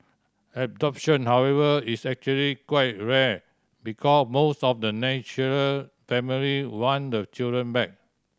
adoption however is actually quite rare because most of the natural family want the children back